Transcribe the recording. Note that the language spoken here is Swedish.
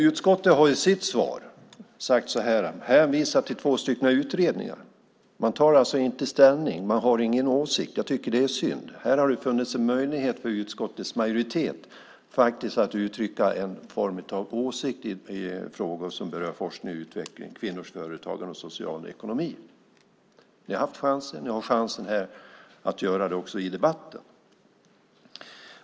Utskottet har i sitt svar hänvisat till två utredningar. Man tar alltså inte ställning. Man har ingen åsikt. Jag tycker att det är synd. Här hade det funnits en möjlighet för utskottets majoritet att uttrycka en form av åsikt i frågor som berör forskning och utveckling, kvinnors företagande och social ekonomi. Ni har haft chansen och har chansen att också göra det här i debatten.